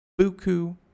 buku